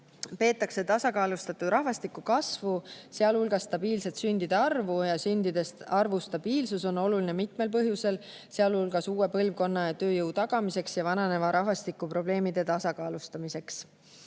peetakse tasakaalustatud rahvastiku kasvu, sealhulgas stabiilset sündide arvu. Sündide arvu stabiilsus on oluline mitmel põhjusel, sealhulgas uue põlvkonna ja tööjõu tagamiseks ning vananeva rahvastiku probleemide tasakaalustamiseks.